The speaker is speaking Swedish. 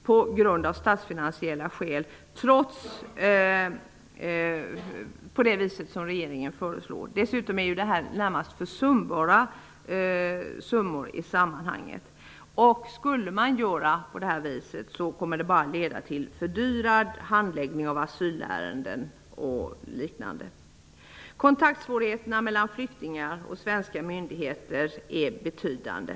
Regeringen föreslår att utbildningen skall läggas ned av statsfinansiella skäl. De summor de gäller är närmast försumbara i sammanhanget. En nedläggning kommer bara att leda till fördyrad handläggning av asylärenden och liknande. Kontaktsvårigheterna mellan flyktingar och svenska myndigheter är betydande.